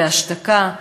בהשתקה,